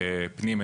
פנים,